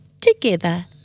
together